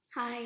Hi